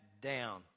down